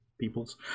People's